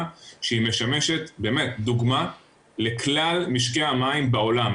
שהיא משמשת באמת דוגמא לכלל משקי המים בעולם,